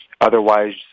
Otherwise